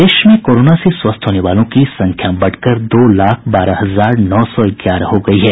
प्रदेश में कोरोना से स्वस्थ होने वालों की संख्या बढ़कर दो लाख बारह हजार नौ सौ ग्यारह हो गई है